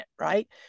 right